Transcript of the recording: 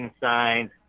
signs